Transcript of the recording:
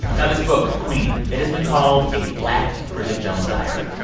now, this book, queenie, it has been called a black bridget jones's diary.